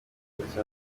ndetse